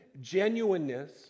genuineness